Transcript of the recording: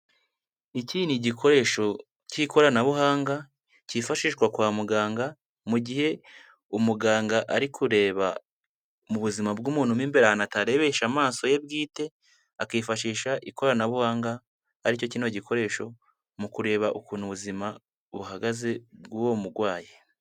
Iki ni igikoresho cy'ikoranabuhanga cyifashishwa kwa muganga, mu gihe umuganga ari kureba mu buzima bw'umuntu mo imbere ahantu atarebesha amaso ye bwite, akifashisha ikoranabuhanga ari cyo kino gikoresho, mu kureba ukuntu ubuzima buhagaze bw'uwo murwayi.